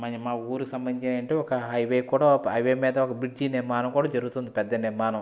మరి మా ఊరు సంబంధించి అంటే ఒక హైవే కూడా ఒ హైవే మీద ఒక బ్రిడ్జి నిర్మాణం కూడా జరుగుతుంది పెద్ద నిర్మాణం